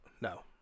No